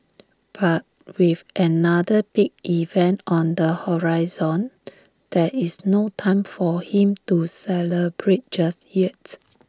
but with another big event on the horizon there is no time for him to celebrate just yet